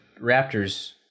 Raptors